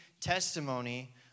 testimony